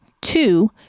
Two